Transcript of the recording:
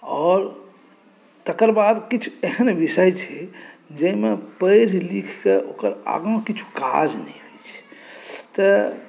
आओर तकर बाद किछु एहन विषय छै जाहिमे पढ़ि लिखि कऽ ओकर आगाँ किछु काज नहि होइत छै तऽ